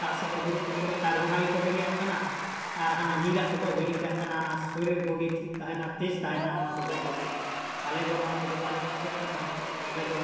ᱫᱟᱜ ᱥᱮᱡ ᱠᱚ ᱫᱩᱲᱩᱵ ᱠᱚᱜ ᱠᱟᱱᱟ ᱛᱟᱹᱶ ᱨᱮᱦᱚᱸ ᱚᱱᱟ ᱜᱮᱠᱚ ᱵᱮᱸᱜᱮᱫᱟᱜ ᱠᱟᱱᱟ ᱟᱨ ᱦᱟᱱᱟ ᱧᱤᱨᱟᱜ ᱫᱚᱠᱚ ᱦᱤᱲᱤᱧ ᱠᱟᱜ ᱠᱟᱱᱟ ᱦᱟᱱᱟ ᱥᱚᱨᱤᱨ ᱵᱚᱰᱤ ᱴᱷᱤᱠ ᱛᱟᱦᱮᱱᱟ ᱛᱮᱡᱽ ᱛᱟᱦᱮᱱᱟ ᱚᱱᱟ ᱫᱚᱠᱚ ᱵᱟᱹᱜᱤᱭᱟᱜ ᱠᱟᱱᱟ ᱟᱞᱮ ᱫᱚ ᱱᱚᱣᱟ ᱠᱚᱫᱚ ᱵᱟᱞᱮ ᱠᱩᱥᱤᱭᱟᱜ ᱠᱟᱱ ᱛᱟᱦᱮᱱᱟ ᱟᱞᱮ ᱫᱚ